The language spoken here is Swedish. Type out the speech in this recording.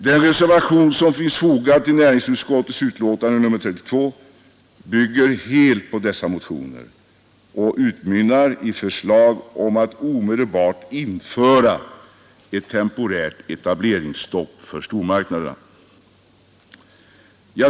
Den reservation som finns fogad till näringsutskottets betänkande nr 32 bygger helt på dessa motioner och utmynnar i förslag om att omedelbart införa ett temporärt etableringsstopp för stormarknaderna.